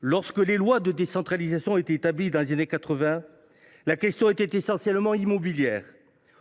Lorsque les lois de décentralisation ont été mises en œuvre, dans les années 1980, la question était essentiellement immobilière,